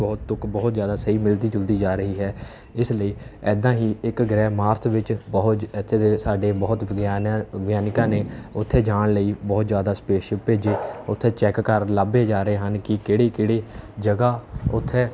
ਬਹੁਤ ਤੁਕ ਬਹੁਤ ਜ਼ਿਆਦਾ ਸਹੀ ਮਿਲਦੀ ਜੁਲਦੀ ਜਾ ਰਹੀ ਹੈ ਇਸ ਲਈ ਇੱਦਾਂ ਹੀ ਇੱਕ ਗ੍ਰਹਿ ਮਾਰਸ ਵਿੱਚ ਬਹੁਤ ਇੱਥੇ ਦੇ ਸਾਡੇ ਬਹੁਤ ਵਿਗਿਆਨ ਵਿਗਿਆਨਿਕਾਂ ਨੇ ਉੱਥੇ ਜਾਣ ਲਈ ਬਹੁਤ ਜ਼ਿਆਦਾ ਸਪੇਸਸ਼ਿਪ ਭੇਜੇ ਉੱਥੇ ਚੈੱਕ ਘਰ ਲੱਭੇ ਜਾ ਰਹੇ ਹਨ ਕਿ ਕਿਹੜੀ ਕਿਹੜੀ ਜਗ੍ਹਾ ਉੱਥੇ